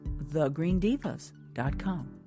thegreendivas.com